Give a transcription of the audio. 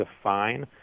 define